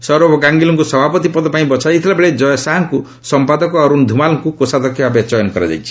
ସୌରଭ ଗାଙ୍ଗୁଲିଙ୍କୁ ସଭାପତି ପଦ ପାଇଁ ବଛାଯାଇଥିଲା ବେଳେ ଜୟ ଶାହାଙ୍କୁ ସମ୍ପାଦକ ଓ ଅରୁଣ ଧୁମାଲ୍ଙ୍କୁ କୋଷାଧ୍ୟକ୍ଷ ଭାବେ ଚୟନ କରାଯାଇଛି